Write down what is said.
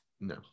no